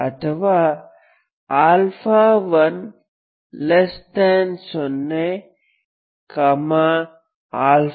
ಅಥವಾ 1020